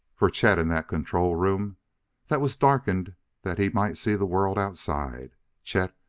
for chet in that control-room that was darkened that he might see the world outside chet,